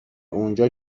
اونجا